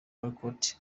walcott